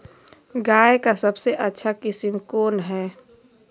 गाय का सबसे अच्छा किस्म कौन हैं?